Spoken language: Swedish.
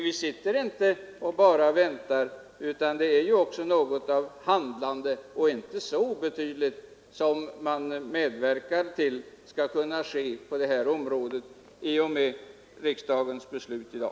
Vi sitter alltså inte bara och väntar, utan vi medverkar till ett handlande — och inte så obetydligt — på det här området genom riksdagens beslut i dag.